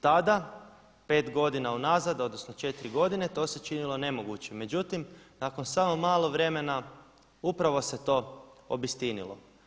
Tada 5 godina unazad, odnosno 4 godine to se činilo nemogućim, međutim nakon samo malo vremena upravo se to obistinilo.